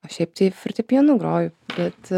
o šiaip tai fortepijonu groju bet